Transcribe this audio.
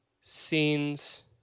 scenes